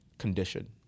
Condition